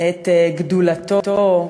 את גדולתו,